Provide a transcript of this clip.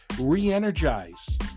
re-energize